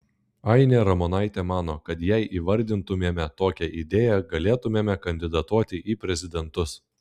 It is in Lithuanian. ainė ramonaitė mano kad jei įvardintumėme tokią idėją galėtumėme kandidatuoti į prezidentus